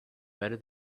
better